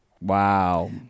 Wow